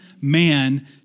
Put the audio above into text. man